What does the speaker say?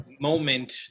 moment